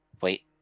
Wait